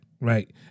right